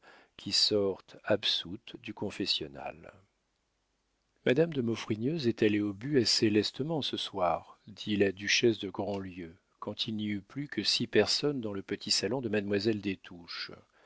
qui sortent absoutes du confessionnal madame de maufrigneuse est allée au but assez lestement ce soir dit la duchesse de grandlieu quand il n'y eut plus que six personnes dans le petit salon de mademoiselle des touches